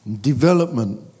development